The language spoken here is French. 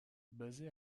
basé